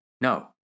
No